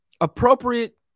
appropriate